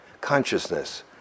consciousness